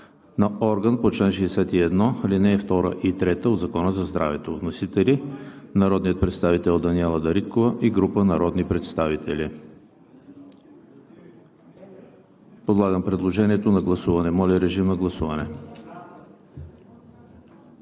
на орган по чл. 61, ал. 2 и 3 от Закона за здравето. Вносители – народният представител Даниела Дариткова и група народни представители. Подлагам предложението на гласуване. Гласували